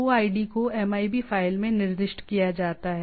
OID को MIB file में निर्दिष्ट किया जाता है